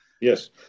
Yes